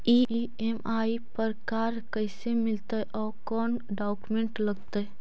EMI पर car कैसे मिलतै औ कोन डाउकमेंट लगतै?